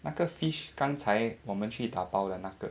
那个 fish 刚才我们去打包的那个